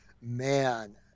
man